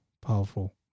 powerful